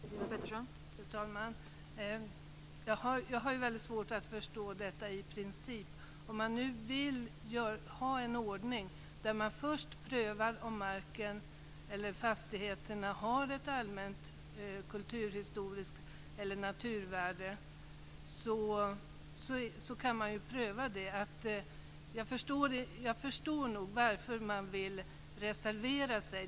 Fru talman! Jag har väldigt svårt att förstå orden "i princip". Man bör ha en ordning där det först prövas om marken eller fastigheterna har ett allmänt kulturhistoriskt värde eller naturvärde. Jag förstår nog varför man vill reservera sig.